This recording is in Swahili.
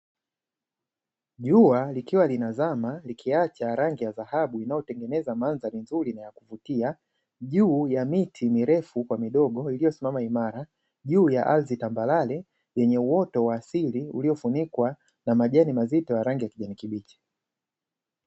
Jua likiwa linazama likiacha rangi ya dhahabu inayotengeneza mandhari nzuri na ya kuvutia, juu ya miti mirefu kwa midogo iliyosimama imara, juu ya ardhi tambarare yenye uoto wa asili uliofunikwa na majani mazito ya rangi ya kijani kibichi.